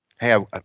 Hey